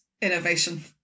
Innovation